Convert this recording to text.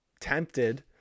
tempted